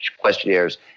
questionnaires